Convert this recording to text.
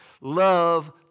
Love